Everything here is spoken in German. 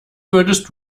würdest